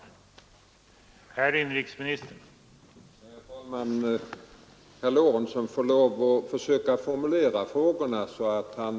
Jag tackar inrikesministern för svaret.